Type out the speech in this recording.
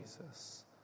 Jesus